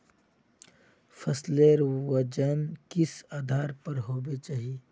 फसलेर वजन किस आधार पर होबे चही?